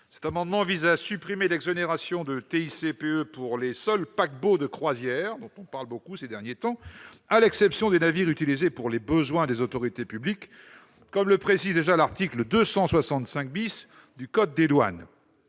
intérieure sur les produits énergétiques, ou TICPE, pour les seuls paquebots de croisière, dont on parle beaucoup ces derniers temps, à l'exception des navires utilisés pour les besoins des autorités publiques, comme le précise déjà l'article 265 du code des douanes.